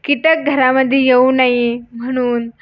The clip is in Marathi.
कीटक घरामध्ये येऊ नाही म्हणून